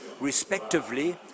respectively